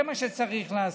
זה מה שצריך לעשות.